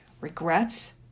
Regrets